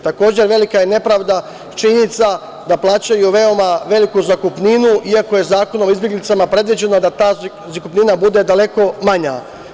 Takođe, velika je nepravda činjenica da plaćaju veoma veliku zakupninu iako je Zakonom o izbeglicama predviđeno da ta zakupnina bude daleko manja.